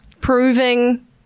proving